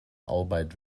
arbeit